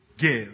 give